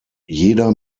jeder